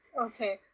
okay